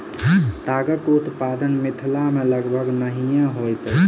तागक उत्पादन मिथिला मे लगभग नहिये होइत अछि